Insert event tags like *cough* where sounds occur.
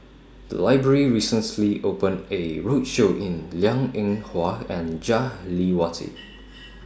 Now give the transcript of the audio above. The Library recently opened A roadshow in Liang *noise* Eng Hwa and Jah Lelawati *noise*